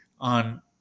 on